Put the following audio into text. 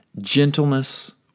Gentleness